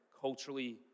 culturally